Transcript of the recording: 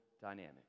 dynamic